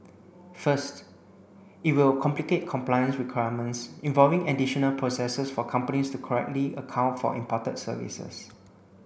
first it will complicate compliance requirements involving additional processes for companies to correctly account for imported services